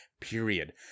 period